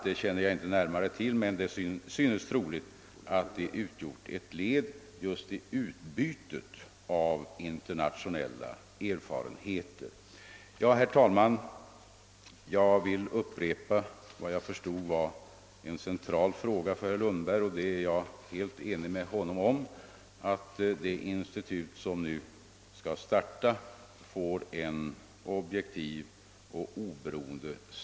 Jag känner inte närmare till det, men det synes troligt att detta har skett som ett led just i utbytet av inernationella erfarenheter. Herr talman! Jag vill upprepa vad jag förstod var en central punkt för herr Lundberg: Jag är helt enig med honom om att det institut som nu skall starta måste vara objektivt och oberoende.